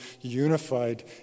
unified